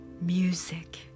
music